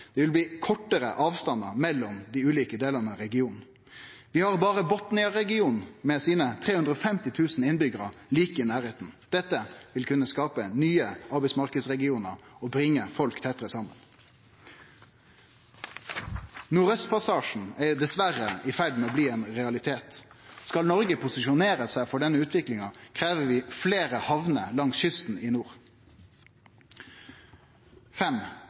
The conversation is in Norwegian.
Det vil bli kortare avstandar mellom dei ulike delane av regionen. Vi har Botten-regionen med sine 350 000 innbyggjarar like i nærleiken. Dette vil kunne skape nye arbeidsmarknadsregionar og bringe folk tettare samen. Nordaustpassasjen er dessverre i ferd med å bli en realitet. Skal Noreg posisjonere seg for denne utviklinga, krev det fleire hamner langs kysten i nord. For det femte: Tromsø er ein av landets fem